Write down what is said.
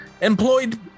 employed